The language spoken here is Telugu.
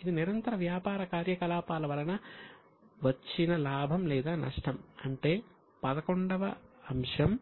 ఇది నిరంతర వ్యాపార కార్యకలాపాల వలన వచ్చిన లాభం లేదా నష్టం అంటే XI వ అంశం